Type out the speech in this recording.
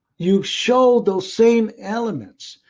you show those same elements.